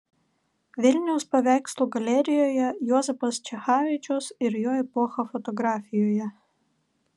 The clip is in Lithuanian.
vilniaus paveikslų galerijoje juozapas čechavičius ir jo epocha fotografijoje